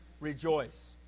rejoice